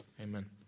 amen